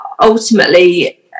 ultimately